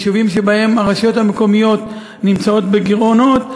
יישובים שבהם הרשויות המקומיות נמצאות בגירעונות,